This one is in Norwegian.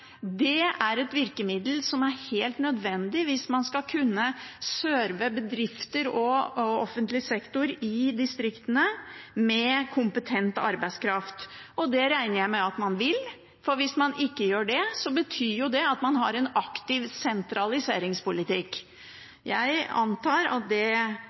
Dette er et virkemiddel som er helt nødvendig hvis man skal kunne serve bedrifter og offentlig sektor i distriktene med kompetent arbeidskraft. Og det regner jeg med at man vil, for hvis man ikke gjør det, betyr det at man har en aktiv sentraliseringspolitikk. Jeg antar at det